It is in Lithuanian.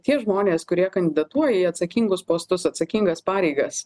tie žmonės kurie kandidatuoja į atsakingus postus atsakingas pareigas